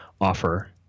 offer